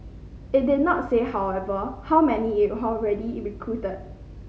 it did not say however how many it had already recruited